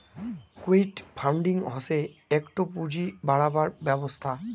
crowd funding হসে একটো পুঁজি বাড়াবার ব্যবস্থা